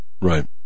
Right